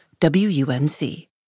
WUNC